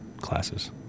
classes